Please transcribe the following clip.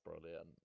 brilliant